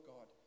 God